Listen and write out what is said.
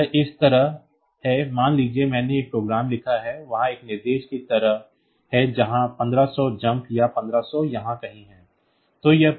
तो यह इस तरह है मान लीजिए मैंने एक प्रोग्राम लिखा है वहाँ एक निर्देश की तरह है यहाँ 1500 jump या 1500 यहाँ कहीं है